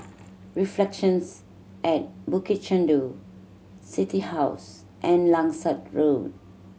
Reflections at Bukit Chandu City House and Langsat Road